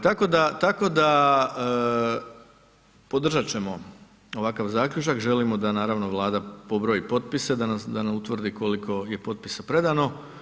Ovaj tako da, tako da podržat ćemo ovakav zaključak, želimo da naravno Vlada pobroji potpise, da nam utvrdi koliko je potpisa predano.